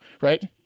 Right